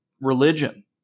religion